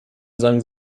sang